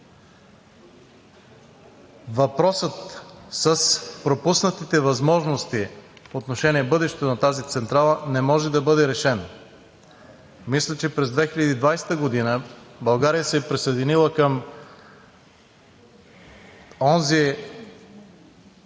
въпросът с пропуснатите възможности по отношение бъдещето на тази централа не може да бъде решен. Мисля, че през 2020 г. България се е присъединила към онзи